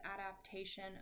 adaptation